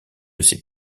ces